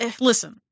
listen